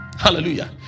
Hallelujah